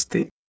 este